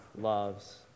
loves